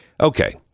Okay